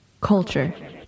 Culture